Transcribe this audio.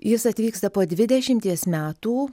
jis atvyksta po dvidešimties metų